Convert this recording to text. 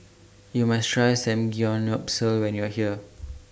YOU must Try Samgyeopsal when YOU Are here